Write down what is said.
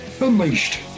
Unleashed